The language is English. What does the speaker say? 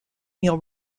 neil